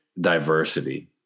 diversity